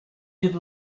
could